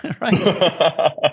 Right